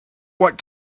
what